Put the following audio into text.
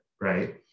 right